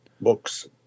books